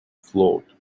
flawed